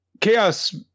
chaos